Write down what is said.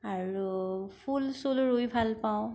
আৰু ফুল চুল ৰুই ভাল পাওঁ